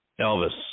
Elvis